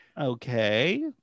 Okay